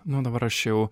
nu dabar aš jau